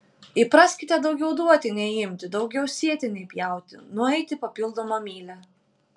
įpraskite daugiau duoti nei imti daugiau sėti nei pjauti nueiti papildomą mylią